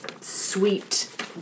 sweet